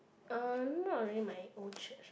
uh not really my old church